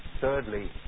thirdly